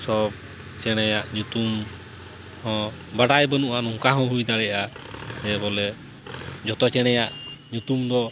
ᱥᱚᱵ ᱪᱮᱬᱮᱭᱟᱜ ᱧᱩᱛᱩᱢ ᱦᱚᱸ ᱵᱟᱰᱟᱭ ᱵᱟᱱᱩᱜᱼᱟ ᱱᱚᱝᱠᱟ ᱦᱚᱸ ᱦᱩᱭ ᱫᱟᱲᱮᱭᱟᱜᱼᱟ ᱡᱮᱵᱚᱞᱮ ᱡᱷᱚᱛᱚ ᱪᱮᱬᱮᱭᱟᱜ ᱧᱩᱛᱩᱢ ᱫᱚ